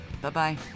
bye-bye